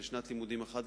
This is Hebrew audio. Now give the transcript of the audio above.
לשנת לימודים אחת,